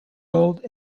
old